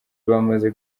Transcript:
bamaze